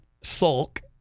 sulk